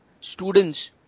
students